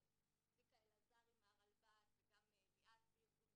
שזה צביקה אלעזרי מהרלב"ד וגם ליאת מארגון 'בטרם'.